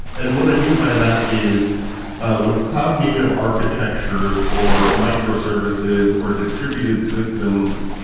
and what i mean by that is with cloud native architectures or microservices or distributed systems,